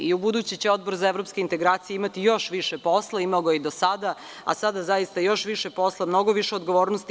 I ubuduće će Odbor za evropske integracije imati mnogo više posla, imao je i do sada, ali, sada zaista mnogo više i mnogo više odgovornosti.